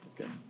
Okay